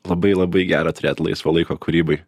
labai labai gera turėt laisvo laiko kūrybai